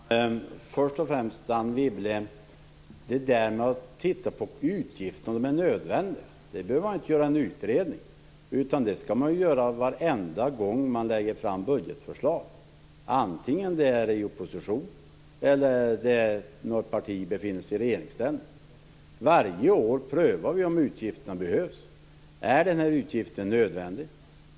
Herr talman! Först och främst vill jag till Anne Wibble säga att man inte behöver göra en utredning för att se om utgifterna är nödvändiga. Varje gång man lägger fram budgetförslag skall man ju se om utgifterna är nödvändiga, vare sig man gör det i oppositionsställning eller i regeringsställning. Varje år prövar man om utgifterna behövs. Man får ställa följande frågor. Är denna utgift nödvändig?